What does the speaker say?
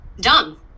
done